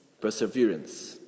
perseverance